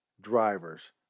drivers